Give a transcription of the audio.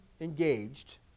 engaged